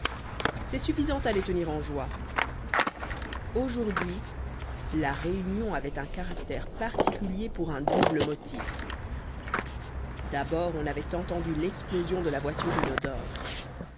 c'est suffisant à les tenir en joie aujourd'hui la réunion avait un caractère particulier pour un double motif d'abord on avait entendu l'explosion de la voiture inodore